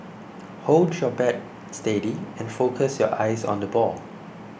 hold your bat steady and focus your eyes on the ball